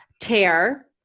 tear